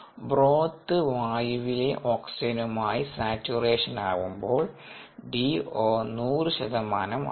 broth വായുവിലെ ഓക്സിജനുമായിസാച്ചുറേഷൻ ആവുമ്പോൾ DO 100 ശതമാനം ആകും